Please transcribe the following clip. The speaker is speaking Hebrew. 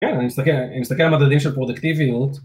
כן, אני מסתכל, אני מסתכל על מדדים של פרודקטיביות.